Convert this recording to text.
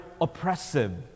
oppressive